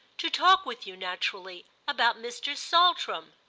to talk with you, naturally, about mr. saltram.